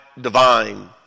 divine